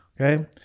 okay